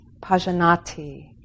pajanati